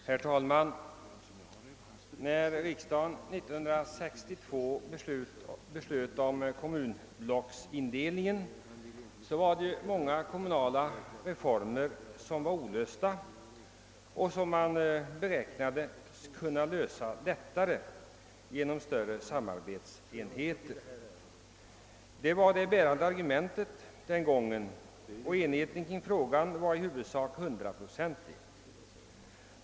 Herr talman! När riksdagen år 1962 beslöt om kommunblocksindelningar var många kommunala problem olösta. Dessa beräknade man att kunna lösa lättare genom att skapa större samarbetsenheter. Detta var det bärande argumentet den gången och enigheten kring frågan var i huvudsak hundraprocentig.